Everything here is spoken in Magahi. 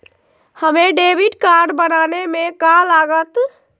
हमें डेबिट कार्ड बनाने में का लागत?